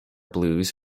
blues